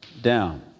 down